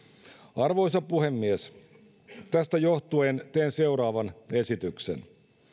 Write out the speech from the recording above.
arvoisa puhemies tästä johtuen teen seuraavan esityksen